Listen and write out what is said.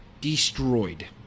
destroyed